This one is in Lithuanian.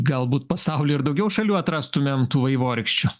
galbūt pasauly ir daugiau šalių atrastumėm tų vaivorykščių